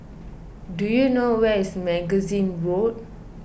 do you know where is Magazine Road